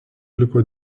liko